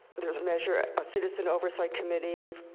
there's a measure, a citizen oversight committee, ah,